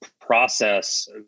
process